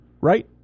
right